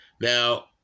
Now